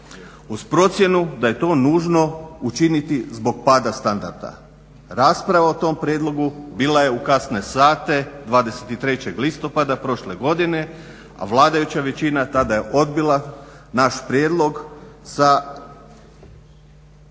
uz procjenu da je to nužno učiniti zbog pada standarda. Rasprava o tom prijedlogu bila je u kasne sate 23. listopada prošle godine, a vladajuća većina tada je odbila naš prijedlog sa